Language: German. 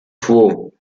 quo